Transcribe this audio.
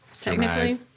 technically